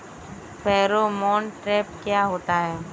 Pheromone trap क्या होता है?